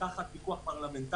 תחת פיקוח פרלמנטרי.